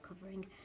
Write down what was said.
covering